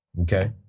okay